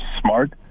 smart